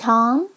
Tom